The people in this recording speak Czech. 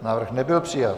Návrh nebyl přijat.